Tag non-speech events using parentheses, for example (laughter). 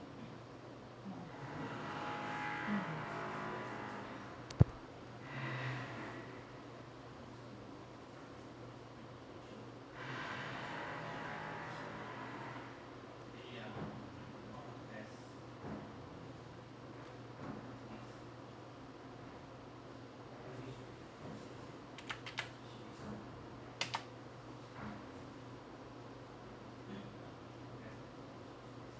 mm (breath)